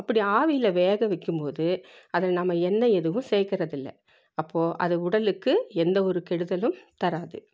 அப்படி ஆவியில் வேக வைக்கும்போது அதில் நம்ம எண்ணெய் எதுவும் சேர்க்கறதில்ல அப்போது அது உடலுக்கு எந்த ஒரு கெடுதலும் தராது